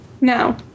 No